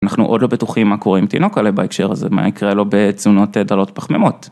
אנחנו עוד לא בטוחים מה קורה עם התינוק בהקשר הזה, מה יקרה לו בדיאטות דלות פחמימות.